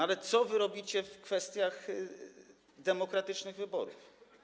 Ale co wy robicie w kwestiach demokratycznych wyborów?